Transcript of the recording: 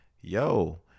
yo